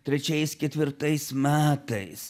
trečiais ketvirtais metais